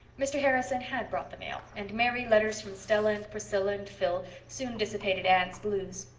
mr. harrison had brought the mail, and merry letters from stella and priscilla and phil soon dissipated anne's blues.